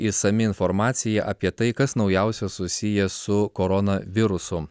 išsami informacija apie tai kas naujausia susiję su koronavirusu